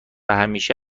همیشه